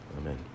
Amen